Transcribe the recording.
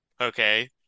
okay